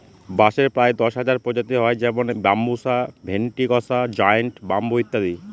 বাঁশের প্রায় দশ হাজার প্রজাতি হয় যেমন বাম্বুসা ভেন্ট্রিকসা জায়ন্ট ব্যাম্বু ইত্যাদি